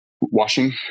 washing